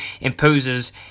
imposes